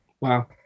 wow